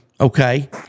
Okay